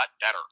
better